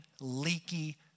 leaky